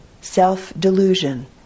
self-delusion